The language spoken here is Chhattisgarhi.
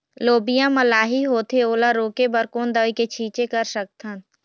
लोबिया मा लाही होथे ओला रोके बर कोन दवई के छीचें कर सकथन?